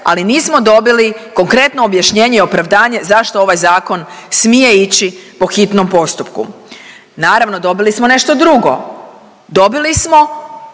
ali nismo dobili konkretno objašnjenje i opravdanje zašto ovaj zakon smije ići po hitnom postupku. Naravno dobili smo nešto drugo, dobili smo